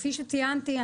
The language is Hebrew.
כפי שציינתי,